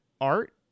art